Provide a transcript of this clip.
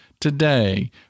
today